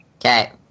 Okay